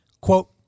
Quote